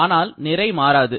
ஆனால் நிறை மாறாது